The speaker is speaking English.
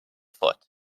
foot